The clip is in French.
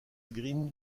green